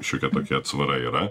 šiokia tokia atsvara yra